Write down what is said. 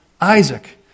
Isaac